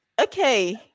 Okay